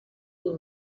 niña